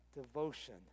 devotion